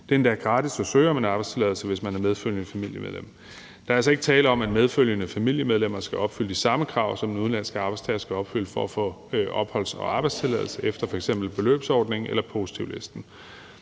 Det er endda gratis at søge om en arbejdstilladelse, hvis man er medfølgende familiemedlem. Der er altså ikke tale om, at medfølgende familiemedlemmer skal opfylde de samme krav, som den udenlandske arbejdstager skal opfylde for at få opholds- og arbejdstilladelse efter f.eks. beløbsordningen eller positivlisten.